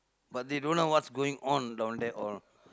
but they don't know what's going on down there all